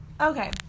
Okay